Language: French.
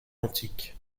antique